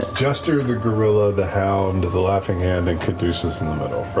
jester, the gorilla, the hound, and the laughing hand, and caduceus in the middle,